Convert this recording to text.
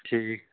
ٹھیٖک